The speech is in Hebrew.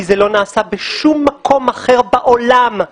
כי זה לא נעשה בשום מקום אחר בעולם.